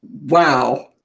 Wow